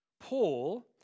Paul